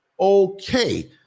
Okay